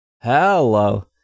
Hello